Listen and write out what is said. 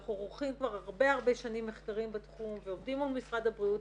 אנחנו עורכים כבר שנים רבות מחקרים בתחום ועובדים מול משרד הבריאות.